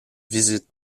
visite